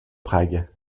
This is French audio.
prague